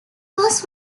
was